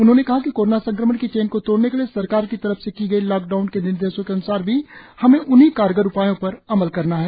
उन्होंने कहा कि कोरोना संक्रमण की चेन को तोड़ने के लिए सरकार की तरफ से की गयी लॉएकडाउन के निदेशों के अन्सार भी हमें उन्हीं कारगर उपायों पर अमल करना है